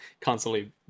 constantly